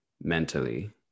mentally